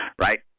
right